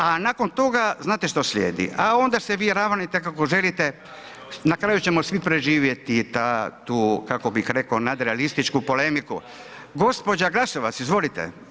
A nakon toga, znate što slijedi, a onda se vi ravnajte kako želite, na kraju ćemo svi preživjeti, ta, tu, kako bi rekao nadrealističku polemiku, gđa. Glasovac izvolite.